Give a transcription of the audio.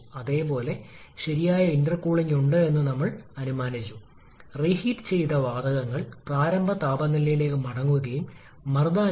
എന്നിരുന്നാലും കാര്യക്ഷമതയ്ക്കായി നമ്മൾക്ക് അഭിപ്രായമിടാൻ കഴിയില്ല നെറ്റ് വർക്ക് ഔട്ട്പുട്ട് വർദ്ധിക്കുമ്പോൾ താപ ഇൻപുട്ട് ആവശ്യകതയും ഒരേസമയം വർദ്ധിക്കുന്നു